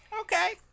Okay